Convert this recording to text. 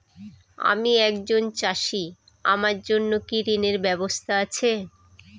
আমি একজন চাষী আমার জন্য কি ঋণের ব্যবস্থা আছে?